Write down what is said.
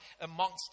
amongst